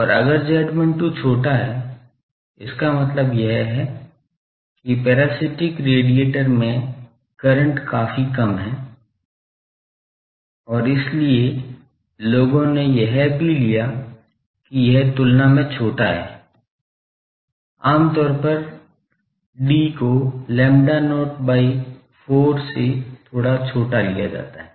और अगर Z12 छोटा है इसका मतलब यह है कि पैरासिटिक रेडिएटर में करंट काफी कम है और इसलिए लोगों ने यह भी लिया कि यह तुलना में छोटा है आमतौर पर 'd' को lambda not by 4 से थोड़ा छोटा लिया जाता है